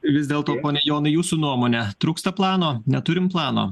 vis dėlto pone jonai jūsų nuomone trūksta plano neturim plano